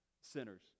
sinners